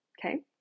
Okay